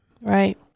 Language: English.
Right